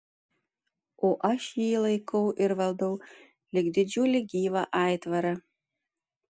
o aš jį laikau ir valdau lyg didžiulį gyvą aitvarą